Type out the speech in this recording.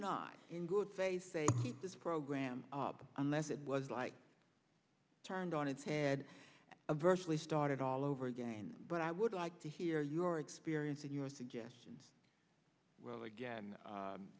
not in good faith say this program up unless it was like turned on its head a virtually started all over again but i would like to hear your experience and your suggestions well again